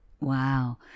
Wow